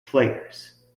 players